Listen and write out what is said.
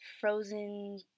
frozen